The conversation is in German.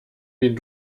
den